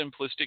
simplistic